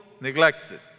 neglected